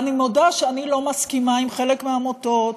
ואני מודה שאני לא מסכימה עם חלק מהעמותות,